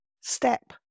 Step